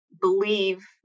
believe